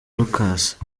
lucas